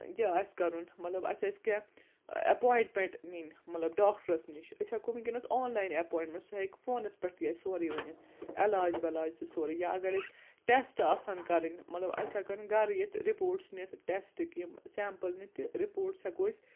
یہِ آسہِ کَرُن مطلب اَسہِ آسہِ کینٛہہ اٮ۪پویِنٛٹمٮ۪نٛٹ نِنۍ ڈاکٹرَس نِش أسۍ ہٮ۪کو وٕنۍکٮ۪ن آن لاین اٮ۪پوینٛٹمنٛٹ سُہ ہیٚکہِ فونَس پٮ۪ٹھ تہِ آسہِ سورُے ؤنِتھ عٮ۪لاج وٮ۪لاج تہِ سورُے یا اگر أسۍ ٹٮ۪سٹ آسان کَرٕنۍ مطلب اَسہِ ہٮ۪کو نہٕ گَرٕ یِتھ رِپوٹٕس نِتھ ٹٮ۪سٹٕکۍ یِم سٮ۪مپٕل نِتھ تہِ رِپوٹٕس ہٮ۪کو أسۍ